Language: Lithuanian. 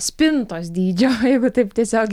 spintos dydžio jeigu taip tiesiog